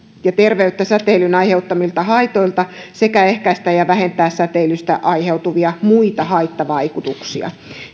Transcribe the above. ja terveyttä säteilyn aiheuttamilta haitoilta sekä ehkäistä ja vähentää säteilystä aiheutuvia muita haittavaikutuksia